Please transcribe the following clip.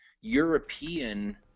European